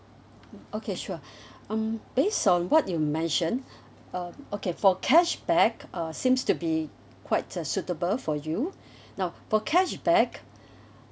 okay sure um based on what you mentioned uh okay for cashback uh seems to be quite uh suitable for you now for cashback